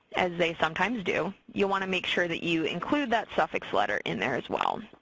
as they sometimes do, you'll want to make sure that you include that suffix letter in there as well.